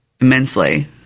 immensely